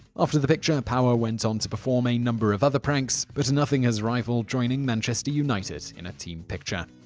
after the picture, power went on to perform a number of other pranks, but nothing has rivaled joining manchester united in a team picture.